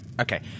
okay